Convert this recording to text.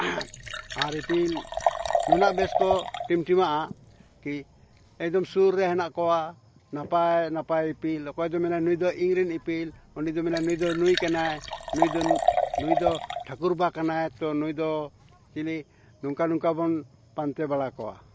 ᱟᱨ ᱤᱯᱤᱞ ᱱᱩᱱᱟᱹᱜ ᱵᱮᱥ ᱠᱚ ᱴᱤᱢ ᱴᱤᱢᱟᱜᱼᱟ ᱠᱤ ᱮᱠᱫᱚᱢ ᱥᱩᱨ ᱨᱮ ᱦᱮᱱᱟᱜ ᱠᱚᱣᱟ ᱱᱟᱯᱟᱭ ᱱᱟᱯᱟᱭ ᱤᱯᱤᱞ ᱚᱠᱚᱭ ᱫᱚᱭ ᱢᱮᱱᱟ ᱱᱩᱭ ᱫᱚ ᱤᱧᱨᱮᱱ ᱤᱯᱤᱞ ᱩᱱᱤᱫᱚᱭ ᱢᱮᱱᱟ ᱱᱩᱭ ᱫᱚ ᱱᱩᱭ ᱠᱟᱱᱟᱭ ᱱᱩᱭ ᱫᱚ ᱱᱩᱭ ᱫᱚ ᱴᱷᱟᱠᱩᱨᱵᱟ ᱠᱟᱱᱟᱭ ᱛᱚ ᱱᱩᱭᱫᱚ ᱪᱤᱞᱤ ᱱᱚᱝᱠᱟ ᱱᱚᱝᱠᱟ ᱵᱚᱱ ᱯᱟᱱᱛᱮ ᱵᱟᱲᱟ ᱠᱚᱣᱟ